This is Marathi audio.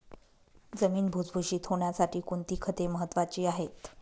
जमीन भुसभुशीत होण्यासाठी कोणती खते महत्वाची आहेत?